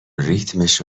ریتمش